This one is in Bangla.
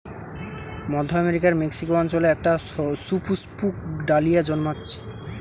মধ্য আমেরিকার মেক্সিকো অঞ্চলে একটা সুপুষ্পক ডালিয়া জন্মাচ্ছে